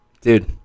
Dude